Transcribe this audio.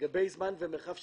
לגבי זמן ומרחב,